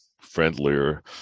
friendlier